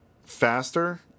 faster